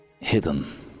hidden